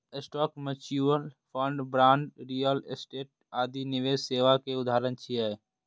stock, mutual fund, bond, real estate आदि निवेश सेवा के उदाहरण छियै